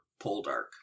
Poldark